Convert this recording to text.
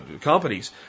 companies